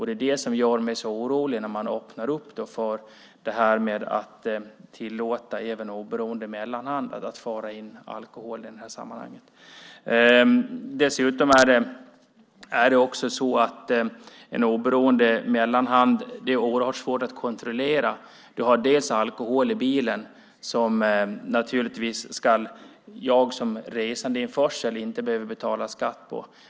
Det är vad som gör mig så orolig när man öppnar för att även tillåta en oberoende mellanhand att föra in alkohol i det här sammanhanget. Dessutom är det oerhört svårt att kontrollera en oberoende mellanhand. När det finns alkohol i bilen ska jag vid resandeinförsel inte betala skatt.